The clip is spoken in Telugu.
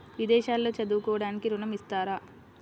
విదేశాల్లో చదువుకోవడానికి ఋణం ఇస్తారా?